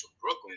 Brooklyn